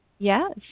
Yes